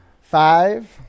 Five